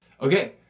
Okay